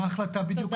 מה ההחלטה בדיוק?